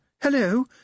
Hello